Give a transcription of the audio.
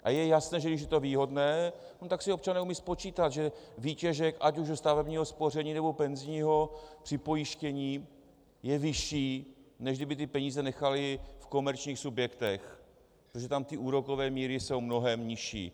A je jasné, že když je to výhodné, tak si občané umějí spočítat, že výtěžek ať už u stavebního spoření, nebo penzijního připojištění je vyšší, než kdyby ty peníze nechali v komerčních subjektech, protože tam jsou úrokové míry mnohem nižší.